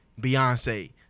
Beyonce